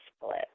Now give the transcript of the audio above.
split